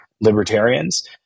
libertarians